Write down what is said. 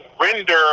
render